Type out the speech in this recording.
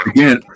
Again